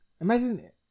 imagine